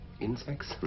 Insects